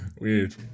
Weird